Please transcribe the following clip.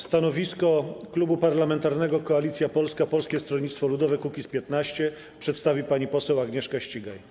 Stanowisko Klubu Parlamentarnego Koalicja Polska - Polskie Stronnictwo Ludowe - Kukiz15 przedstawi pani poseł Agnieszka Ścigaj.